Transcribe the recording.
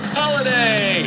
holiday